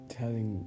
telling